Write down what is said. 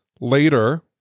later